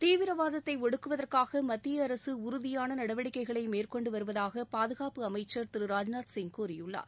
தீவிரவாதத்தை ஒடுக்குவதற்காக மத்திய அரசு உறுதியான நடவடிக்கைகளை மேற்கொண்டு வருவதாக பாதுகாப்பு அமைச்சர் திரு ராஜ்நாத் சிங் கூறியுள்ளார்